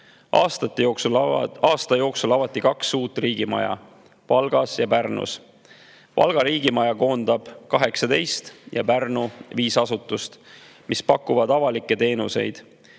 Aasta jooksul avati kaks uut riigimaja – Valgas ja Pärnus. Valga riigimaja koondab 18 ja Pärnu oma 5 asutust, mis pakuvad avalikke teenuseid.